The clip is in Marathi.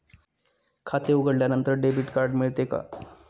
खाते उघडल्यानंतर डेबिट कार्ड मिळते का?